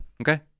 Okay